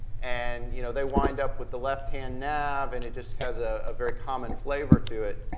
and you know they wind up with the left-hand nav, and it just has a ah very common flavor to it.